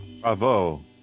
Bravo